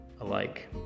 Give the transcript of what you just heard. alike